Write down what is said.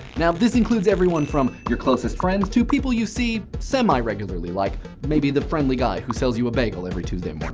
now, this includes everyone from your closest friends to people you see semi-regularly, like maybe the friendly guy who sells you a bagel every tuesday morning.